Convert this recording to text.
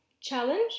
challenge